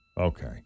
Okay